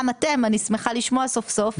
גם אתם, אני שמחה לשמוע סוף סוף.